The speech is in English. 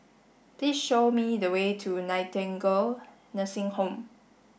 please show me the way to Nightingale Nursing Home